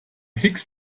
higgs